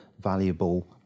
valuable